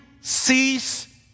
cease